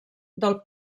del